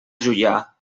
juià